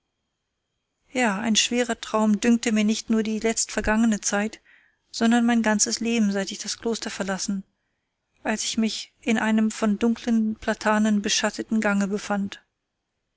ja ein schwerer traum dünkte mir nicht nur die letztvergangene zeit sondern mein ganzes leben seitdem ich das kloster verlassen als ich mich in einem von dunklen platanen beschatteten gange befand